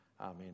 Amen